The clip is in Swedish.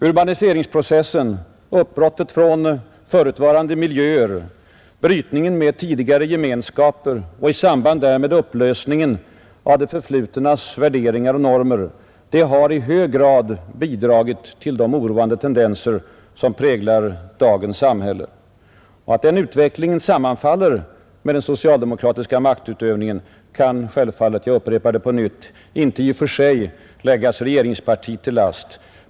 Urbaniseringsprocessen, uppbrottet från förutvarande miljöer, brytningen med tidigare gemenskaper och i samband därmed upplösningen av det förflutnas värderingar och normer har i hög grad bidragit till de oroande tendenser som präglar dagens samhälle. Att den utvecklingen sammanfaller med den socialdemokratiska maktutövningen kan självfallet — jag upprepar det — inte i och för sig läggas regeringspartiet till last.